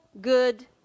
good